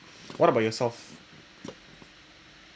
what about yourself